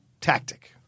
tactic